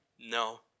no